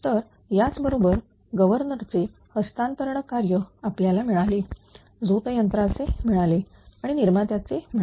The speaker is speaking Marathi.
तर याच बरोबर गव्हर्नर चे हस्तांतरण कार्य आपल्याला मिळाले झोत यंत्राचे मिळाले आणि निर्मात्याचे मिळाले